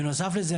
בנוסף לזה,